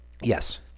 yes